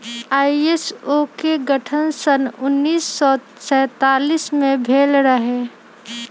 ISO के गठन सन उन्नीस सौ सैंतालीस में भेल रहै